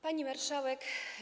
Pani Marszałek!